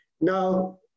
Now